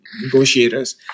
negotiators